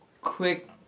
quick